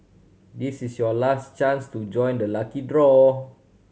this is your last chance to join the lucky draw